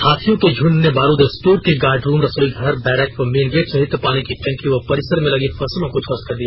हाथियों के झुंड ने बारूद स्टोर के गार्ड रूम रसोई घर बैरक व मेन गेट सहित पानी की टंकी व परिसर में लगी फसलों को ध्वस्त कर दिया